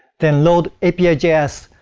then load api js.